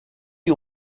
you